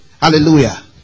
Hallelujah